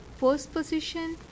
postposition